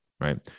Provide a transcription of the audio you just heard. right